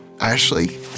Ashley